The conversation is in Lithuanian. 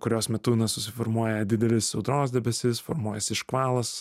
kurios metu na susiformuoja didelis audros debesis formuojasi škvalas